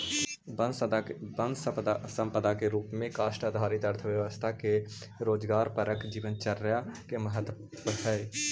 वन सम्पदा के रूप में काष्ठ आधारित अर्थव्यवस्था के रोजगारपरक जीवनचर्या में महत्त्व हइ